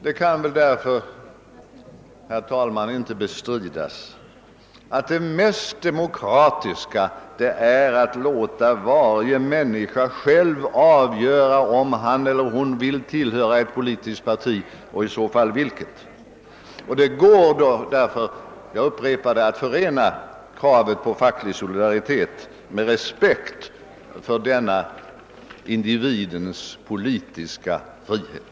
Det kan därför inte bestridas att det mest demokratiska är att låta varje människa själv avgöra om han eller hon vill tillhöra ett politiskt parti och i så fall vilket. Det går — jag upprepar detta — att förena kravet på facklig solidaritet med respekt för individens politiska frihet.